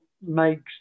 makes